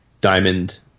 Diamond